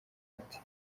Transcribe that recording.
muti